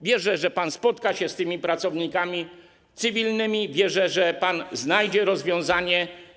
Wierzę, że pan spotka się z tymi pracownikami, wierzę, że pan znajdzie rozwiązanie.